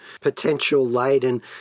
potential-laden